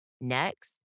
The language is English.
Next